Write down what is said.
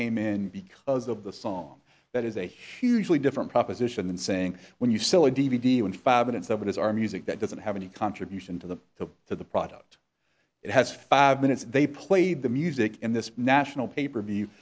came in because of the song that is a hugely different proposition than saying when you sell a d v d when five minutes of it is our music that doesn't have any contribution to the top to the product it has five minutes they played the music in this national paper